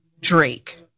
Drake